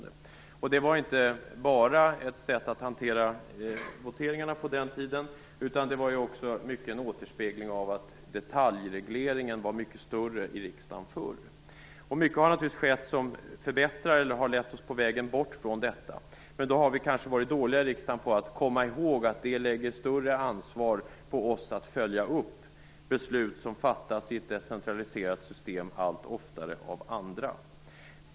Det var på den tiden inte bara ett sätt att hantera voteringarna, utan det var också i mycket en återspegling av att detaljregleringen förr var mycket större i riksdagen. Mycket har naturligtvis skett som har lett oss på vägen bort från detta, men vi har i riksdagen kanske varit dåliga på att komma ihåg att det lägger större ansvar på oss att följa upp beslut som i ett decentraliserat system allt oftare fattas av andra.